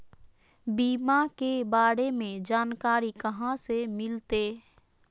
बीमा के बारे में जानकारी कहा से मिलते?